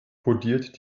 kodiert